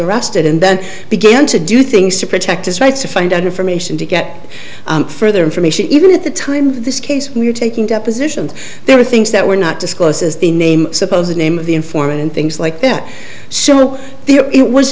arrested and then began to do things to protect his rights to find out information to get further information even at the time this case we're taking depositions there are things that were not disclosed as the name suppose the name of the informant and things like that so all the it was